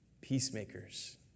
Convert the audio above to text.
Peacemakers